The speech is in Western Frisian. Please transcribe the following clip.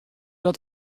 dat